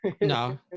No